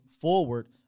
forward